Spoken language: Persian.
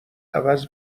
عوض